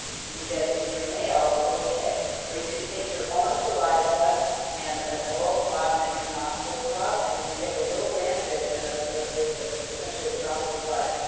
you get in your mail a little kit where you can take your own saliva and an oral swab and your nostril swab, and then you take a little lancet and of the essentially a drop of blood,